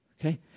okay